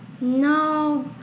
No